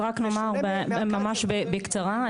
אז רק נאמר ממש בקצרה,